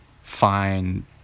find